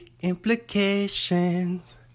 implications